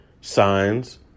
signs